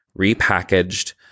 repackaged